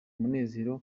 umunezero